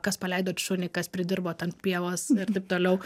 kas paleidot šunį kas pridirbot ant pievos ir taip toliau